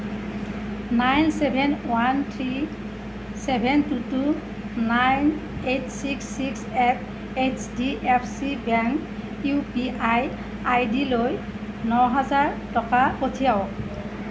nine seven one three seven two two nine eight six six at H D F C bank U P I I ডিলৈ ন হাজাৰ টকা পঠিয়াওক